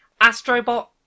ASTROBOT